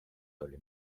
oli